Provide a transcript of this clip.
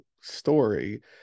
story